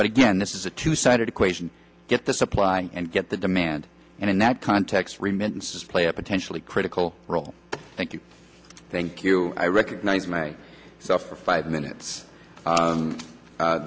but again this is a to say add equation get the supply and get the demand and in that context remittances play a potentially critical role thank you thank you i recognize my self for five minutes